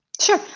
Sure